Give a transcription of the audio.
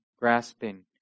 grasping